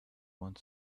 want